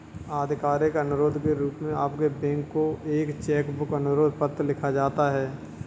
आधिकारिक अनुरोध के रूप में आपके बैंक को एक चेक बुक अनुरोध पत्र लिखा जाता है